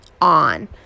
on